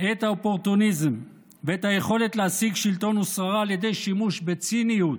את האופורטוניזם ואת היכולת להשיג שלטון ושררה על ידי שימוש בציניות,